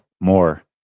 More